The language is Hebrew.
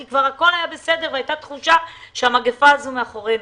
כי כבר הכול היה בסדר והייתה תחושה שהמגפה הזו מאחורינו.